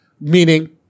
Meaning